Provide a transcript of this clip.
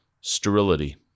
Sterility